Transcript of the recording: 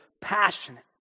passionate